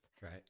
Right